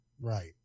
Right